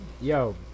Yo